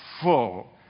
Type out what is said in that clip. full